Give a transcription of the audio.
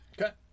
okay